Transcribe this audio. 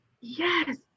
Yes